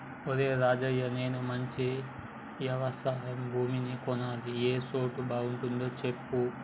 ఒరేయ్ రాజయ్య నేను మంచి యవశయ భూమిని కొనాలి ఏ సోటు బాగుంటదో సెప్పు